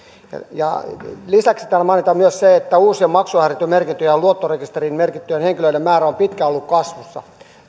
lisäksi täällä mainitaan myös se että uusien maksuhäiriömerkintöjen ja luottorekisteriin merkittyjen henkilöiden määrä on pitkään ollut kasvussa